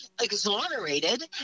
exonerated